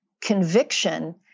conviction